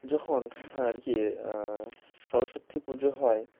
যখন আর কি সরস্বতী পুজো হয়